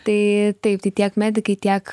tai taip tai tiek medikai tiek